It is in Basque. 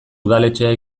udaletxea